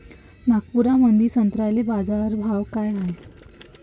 नागपुरामंदी संत्र्याले बाजारभाव काय हाय?